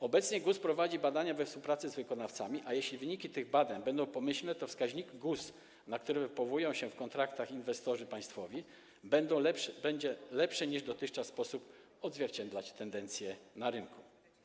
Obecnie GUS prowadzi badania we współpracy z wykonawcami, a jeśli wyniki tych badań będą pomyślne, to wskaźnik GUS, na który powołują się w kontraktach inwestorzy państwowi, będzie w lepszy niż dotychczas sposób odzwierciedlać tendencje na rynku.